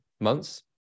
months